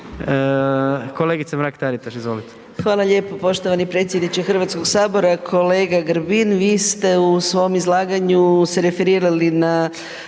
**Mrak-Taritaš, Anka (GLAS)** Hvala lijepo poštovani predsjedniče Hrvatskog sabora. Kolega Grbin, vi ste u svom izlaganju se referirali na